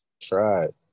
tried